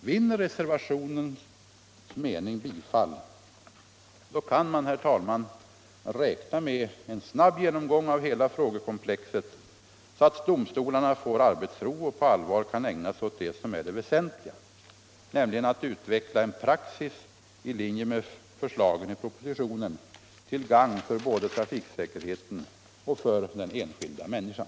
Vinner reservationens mening bifall, kan man, herr talman, räkna med en snabb genomgång av hela frågekomplexet, så att domstolarna får arbetsro och på allvar kan ägna sig åt det som är det väsentliga, nämligen att utveckla en praxis i linje med förslagen i propositionen, till gagn både för trafiksäkerheten och för den enskilda människan.